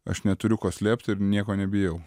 aš neturiu ko slėpti ir nieko nebijau